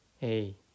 hey